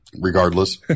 regardless